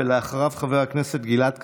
ואחריו, חבר הכנסת גלעד קריב.